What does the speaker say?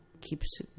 keeps